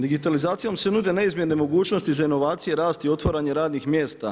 Digitalizacijom se nude neizmjerne mogućnosti za inovacije, rast i otvaranje radnih mjesta.